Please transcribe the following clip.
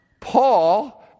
Paul